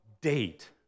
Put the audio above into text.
date